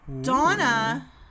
Donna